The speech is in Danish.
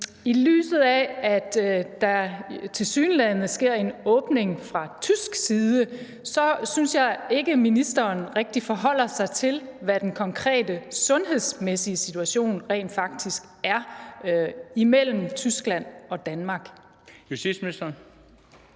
I lyset af at der tilsyneladende sker en åbning fra tysk side, synes jeg ikke rigtig, ministeren forholder sig til, hvad den konkrete sundhedsmæssige situation rent faktisk er imellem Tyskland og Danmark. Kl. 13:07 Den